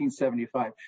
1975